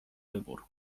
wybór